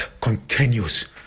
continues